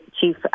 chief